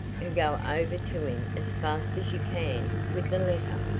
and go over to him as fast as you can with the letter.